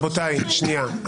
שנייה,